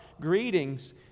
greetings